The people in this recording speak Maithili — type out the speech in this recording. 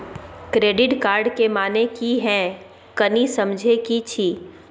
क्रेडिट कार्ड के माने की हैं, कनी समझे कि छि?